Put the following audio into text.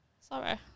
Sorry